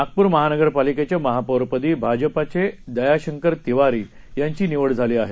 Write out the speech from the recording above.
नागपूर महानगरपालीकेच्या महापौरपदी भाजपचे दयाशंकर तिवारी यांची निवड झाली आहे